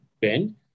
Ben